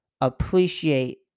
appreciate